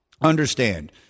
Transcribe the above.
understand